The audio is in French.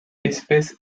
espèce